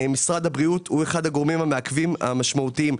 משרד הבריאות הוא אחד הגורמים המעכבים המשמעותיים.